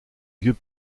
vieux